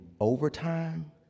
overtime